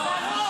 לא.